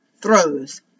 throws